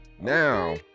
Now